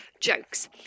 jokes